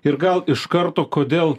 ir gal iš karto kodėl